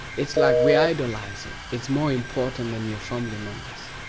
it's like we idolise it, it's more important than your family members.